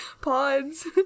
Pods